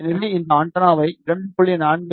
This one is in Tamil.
எனவே இந்த ஆண்டெனாவை 2